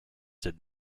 did